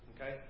Okay